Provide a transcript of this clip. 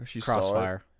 Crossfire